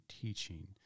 teaching